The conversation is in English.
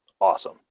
awesome